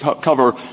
cover